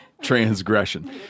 transgression